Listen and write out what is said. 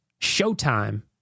showtime